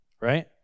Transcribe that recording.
Right